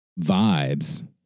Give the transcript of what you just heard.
vibes